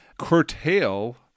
curtail